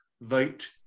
vote